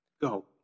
Go